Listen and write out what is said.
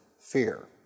fear